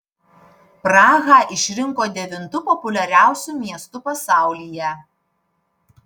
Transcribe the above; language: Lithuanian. prahą išrinko devintu populiariausiu miestu pasaulyje